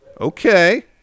Okay